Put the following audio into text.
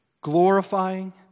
glorifying